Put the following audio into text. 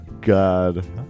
god